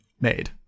made